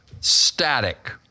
static